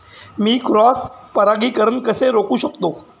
मी cross परागीकरण कसे रोखू शकतो?